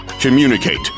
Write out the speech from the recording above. Communicate